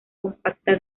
compacta